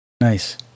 Nice